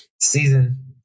Season